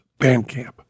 Bandcamp